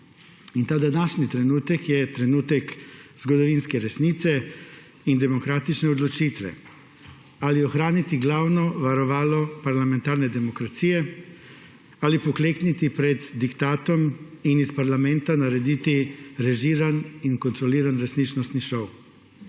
In ta današnji trenutek je trenutek zgodovinske resnice in demokratične odločitve, ali ohraniti glavno varovalo parlamentarne demokracije ali poklekniti pred diktatom in iz parlamenta narediti režiran in kontroliran resničnostni šov.